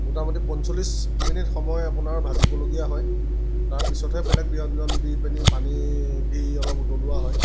মোটা মুটি পঞ্চল্লিছ মিনিট সময় আপোনাৰ ভাজিবলগীয়া হয় তাৰ পিছতহে বেলেগ ব্যঞ্জন দি পেনি পানী দি অলপ উতলোৱা হয়